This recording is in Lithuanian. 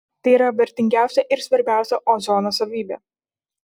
tai yra vertingiausia ir svarbiausia ozono savybė